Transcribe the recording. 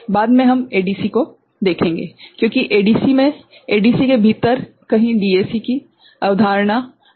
बाद में हम एडीसी को देखेंगे क्योंकि एडीसी मे एडीसी के भीतर कहीं डीएसी की अवधारणा पहले से ही है